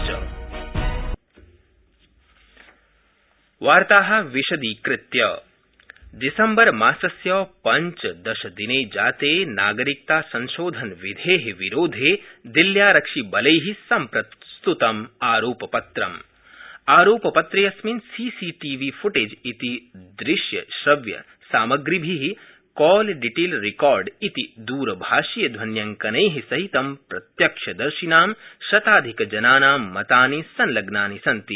जामिया मिल्ल्या इस्लामिया दिसम्बरमासस्य पञ्चदशदिने जाते नागरिकतासंशोधनविधे विरोधे दिल्ल्यारक्षिबलै सम्प्रस्तृतम आरोपपत्रमा आरोपपत्रे अस्मिन् सीसीटीवी फुटेज इति दृश्यश्रव्यसामप्रिभि कॉल डिटेल रिकार्ड इति दूरभाषीयध्वन्यंकनै सहित प्रत्यक्षदर्शिनां शताधिकजनानां मतानि संलग्नानि सन्ति